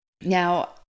Now